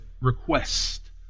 request